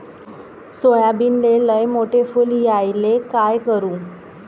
सोयाबीनले लयमोठे फुल यायले काय करू?